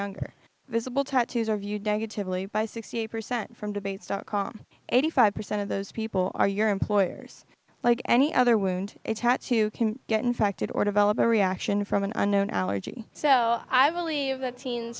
younger visible tattoos are viewed negatively by sixty percent from debates dot com eighty five percent of those people are your employers like any other wound a tattoo can get infected or develop a reaction from an unknown allergy so i believe that teens